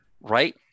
right